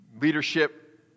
Leadership